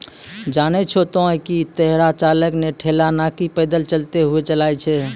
जानै छो तोहं कि हेकरा चालक नॅ ठेला नाकी पैदल चलतॅ हुअ चलाय छै